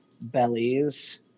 bellies